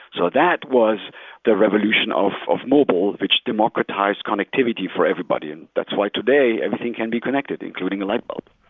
so that was the revolution of of mobile, which democratized connectivity for everybody. and that's why today, everything can be connected, including a light bulb.